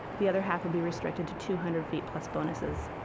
the other half would be restricted to two hundred feet plus bonuses.